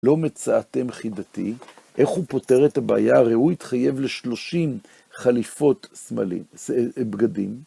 לא מצאתם חידתי, איך הוא פותר את הבעיה, הרי הוא התחייב ל-30 חליפות בגדים?